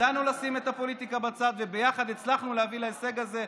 ידענו לשים את הפוליטיקה בצד וביחד הצלחנו להביא להישג הזה,